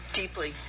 deeply